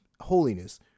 holiness